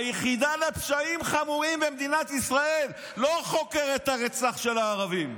היחידה לפשעים חמורים במדינת ישראל לא חוקרת את הרצח של הערבים,